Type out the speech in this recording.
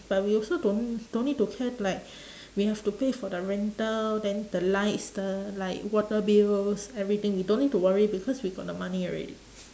but we also don't don't need to care to like we have to pay for the rental then the lights the like water bills everything we don't need to worry because we got the money already